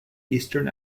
eastern